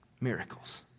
miracles